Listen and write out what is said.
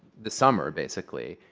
the summer, basically,